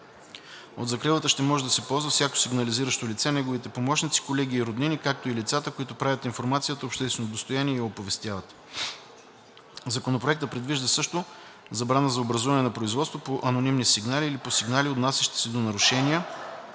От закрилата ще може да се ползва всяко сигнализиращо лице, неговите помощници, колеги и роднини, както и лицата, които правят информацията обществено достояние и я оповестяват. Законопроектът предвижда също забрана за образуване на производство по анонимни сигнали или по сигнали, отнасящи се до нарушения,